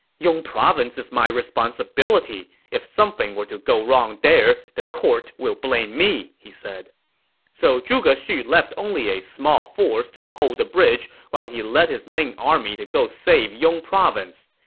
yong province is my responsibility. if something were to go wrong there, the court will blame me, he said so zhuge xu left only a small force to hold the bridge while he led his main army to go save yong province.